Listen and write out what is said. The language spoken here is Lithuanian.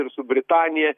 ir su britanija